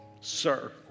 Sir